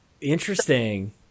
Interesting